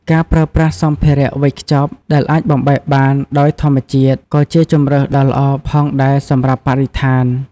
ការប្រើប្រាស់សម្ភារៈវេចខ្ចប់ដែលអាចបំបែកបានដោយធម្មជាតិក៏ជាជម្រើសដ៏ល្អផងដែរសម្រាប់បរិស្ថាន។